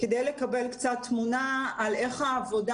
כדי לקבל קצת תמונה על איך העבודה